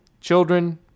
children